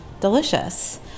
delicious